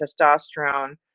testosterone